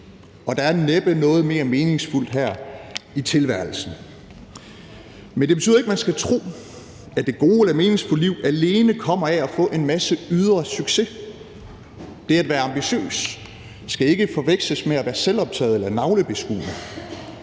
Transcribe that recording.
og der er næppe noget mere meningsfuldt her i tilværelsen. Men det betyder ikke, at man skal tro, at det gode eller meningsfulde liv alene kommer af at få en masse ydre succes. Det at være ambitiøs skal ikke forveksles med at være selvoptaget eller navlebeskuende.